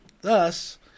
Thus